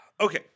okay